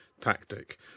tactic